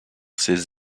ces